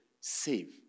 Save